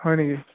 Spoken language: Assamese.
হয় নেকি